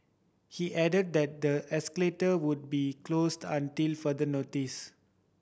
he added that the escalator would be closed until further notice